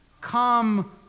Come